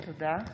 תודה.